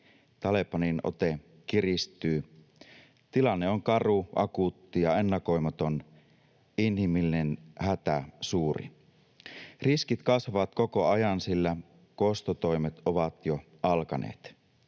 Talebanin ote kiristyy. Tilanne on karu, akuutti ja ennakoimaton, inhimillinen hätä suuri. Riskit kasvavat koko ajan, sillä kostotoimet ovat jo alkaneet.